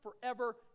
forever